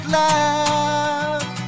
love